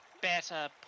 Better